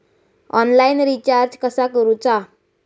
Online recharge कसा करूचा?